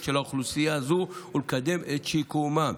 של האוכלוסייה הזו ולקדם את שיקומה.